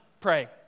Pray